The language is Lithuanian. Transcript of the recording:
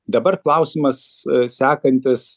dabar klausimas sekantis